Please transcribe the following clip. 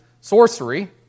sorcery